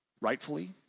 rightfully